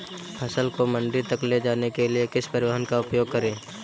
फसल को मंडी तक ले जाने के लिए किस परिवहन का उपयोग करें?